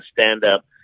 stand-up